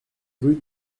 rue